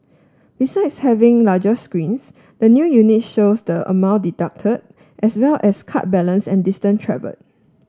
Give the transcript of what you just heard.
besides having larger screens the new units shows the amount deducted as well as card balance and distance travelled